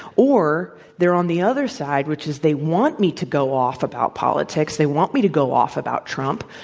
or they're on the other side, which is they want me to go off about politics they want me to go off about trump,